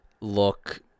look